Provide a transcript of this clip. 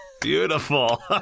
Beautiful